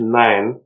nine